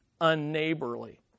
unneighborly